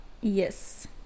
Yes